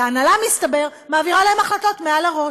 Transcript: וההנהלה, מסתבר, מעבירה להם החלטות מעל הראש.